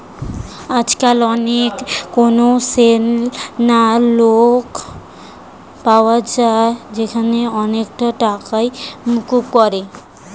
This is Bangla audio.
আজকাল অনেক কোনসেশনাল লোন পায়া যায় যেখানে অনেকটা টাকাই মুকুব করে